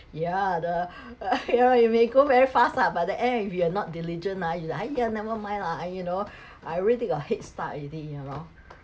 yeah the ya you may go very fast lah but the end if you're not diligent ah you like !haiya! never mind lah ah you know I already got a head start already